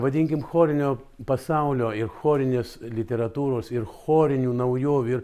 vadinkime chorinio pasaulio ir chorinės literatūros ir chorinių naujovių